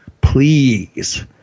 Please